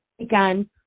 Again